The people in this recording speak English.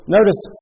Notice